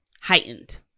heightened